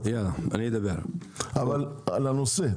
אבל על הנושא,